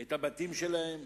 את הבתים שלהם